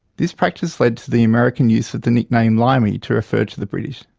this practice led to the american use of the nickname limey to refer to the british.